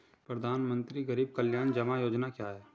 प्रधानमंत्री गरीब कल्याण जमा योजना क्या है?